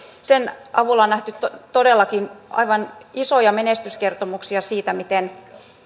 sen avulla on nähty todellakin aivan isoja menestyskertomuksia siitä miten